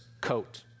coat